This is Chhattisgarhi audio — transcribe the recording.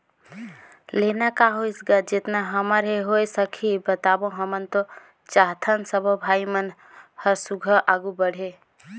ले ना का होइस गा जेतना हमर से होय सकही बताबो हमन तो चाहथन सबो भाई मन हर आघू बढ़े